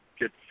get